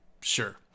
sure